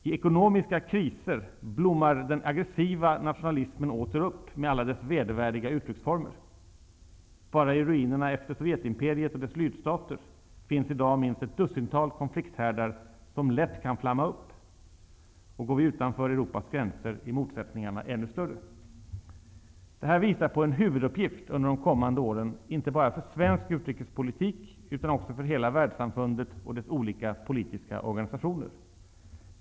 I ekonomiska kriser blommar den aggressiva nationalismen åter upp med alla dess vedervärdiga uttrycksformer. Bara i ruinerna efter Sovjetimperiet och dess lydstater finns i dag minst ett dussintal konflikthärdar som lätt kan flamma upp, och går vi utanför Europas gränser är motsättningarna ännu större. Det här visar på en huvuduppgift under de kommande åren, inte bara för svensk utrikespolitik utan också för hela världssamfundet och dess olika politiska organisationer.